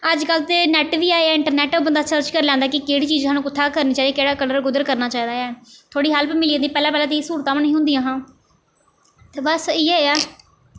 अज्ज कल ते नैट्ट बी ऐ इंट्रनैट उप्पर बंदा सर्च करी लैंदा कि केह्ड़ी चीज़ सानूं कु'त्थें करनी चाहिदी केह्ड़ा कलर कुद्धर करना चाहिदा ऐ थोह्ड़ी हैल्प मिली जंदा पैह्लें पैह्लें ते एह् स्हूलतां बी नेईं हियां होंदियां हां ते बस इ'यै ऐ